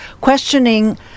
questioning